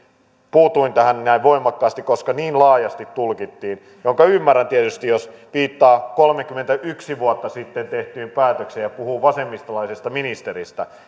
puutuin tähän näin voimakkaasti koska niin laajasti tulkittiin minkä ymmärrän tietysti jos viittaa kolmekymmentäyksi vuotta sitten tehtyyn päätökseen ja puhuu vasemmistolaisesta ministeristä